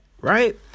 right